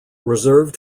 reserved